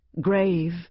grave